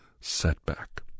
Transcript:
setback